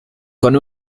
con